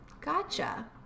gotcha